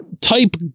type